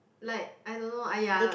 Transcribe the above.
like I don't know !aiya!